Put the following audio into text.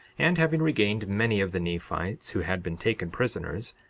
and having regained many of the nephites who had been taken prisoners,